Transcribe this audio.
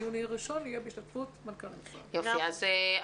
והדיון הראשון יהיה בהשתתפות מנכ"ל משרד החינוך.